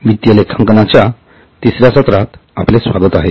वित्तीय लेखांकनाच्या तिसर्या सत्रात आपले स्वागत आहे